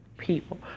people